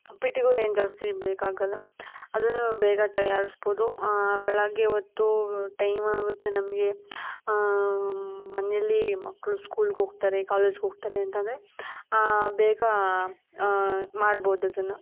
ಉಪ್ಪಿಟ್ಟಿಗೂ ಏನು ಜಾಸ್ತಿ ಬೇಕಾಗೋಲ್ಲ ಅದನ್ನು ಬೇಗ ತಯಾರಿಸ್ಬೋದು ಬೆಳಗ್ಗೆ ಹೊತ್ತೂ ಟೈಮಾಗುತ್ತೆ ನಮಗೆ ಮನೇಲ್ಲಿ ಮಕ್ಕಳು ಸ್ಕೂಲಿಗೆ ಹಾಗ್ತಾರೆ ಕಾಲೇಜಿಗೆ ಹೋಗ್ತಾರೆ ಅಂತಂದರೆ ಬೇಗ ಮಾಡ್ಬೋದು ಅದನ್ನು